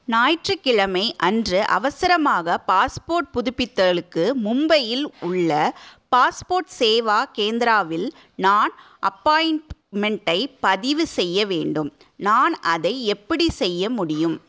ஞாயிற்றுக்கிழமை அன்று அவசரமாக பாஸ்போர்ட் புதுப்பித்தலுக்கு மும்பையில் உள்ள பாஸ்போர்ட் சேவா கேந்திராவில் நான் அப்பாயிண்ட்மெண்ட்டை பதிவு செய்ய வேண்டும் நான் அதை எப்படி செய்ய முடியும்